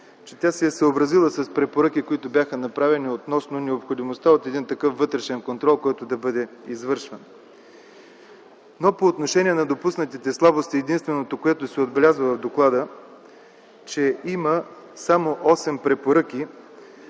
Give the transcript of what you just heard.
че тя се е съобразила с препоръките, които бяха направени относно необходимостта от един такъв вътрешен контрол, който да бъде извършван. Но по отношение на допуснатите слабости единственото, което се отбелязва в доклада, е, че има само осем препоръки,